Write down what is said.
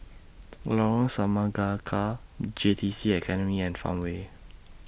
Lorong Semangka J T C Academy and Farmway